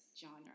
Genre